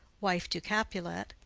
wife to capulet.